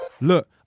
Look